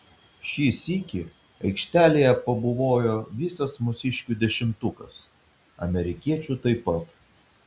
šį sykį aikštelėje pabuvojo visas mūsiškių dešimtukas amerikiečių taip pat